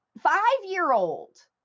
five-year-old